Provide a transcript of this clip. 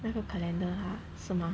那个 calendar ah 什么